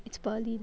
it's Berlin